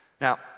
Now